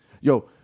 Yo